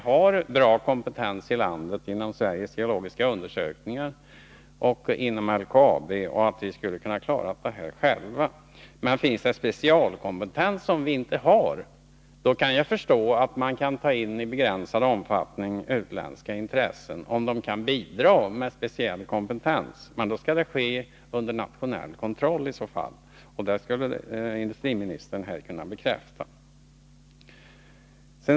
Jag tycker att vårt land inom Sveriges geologiska undersökning och inom LKAB har bra kompetens och att vi skulle ha kunnat klara detta själva, men om det är fråga om specialkompetens som vi inte har, då kan jag förstå att man i begränsad omfattning behöver ta in utländska intressen, om de kan bidra med en sådan speciell kompetens. Men i så fall skall detta ske under nationell kontroll, och på den punkten kunde kanske industriministern ge oss en bekräftelse.